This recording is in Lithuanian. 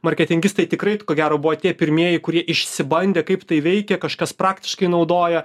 marketingistai tikrai ko gero buvo tie pirmieji kurie išsibandė kaip tai veikia kažkas praktiškai naudoja